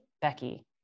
Becky